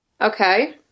okay